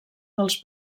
dels